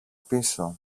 πίσω